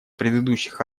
предыдущих